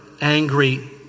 angry